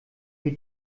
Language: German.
wie